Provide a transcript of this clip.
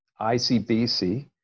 ICBC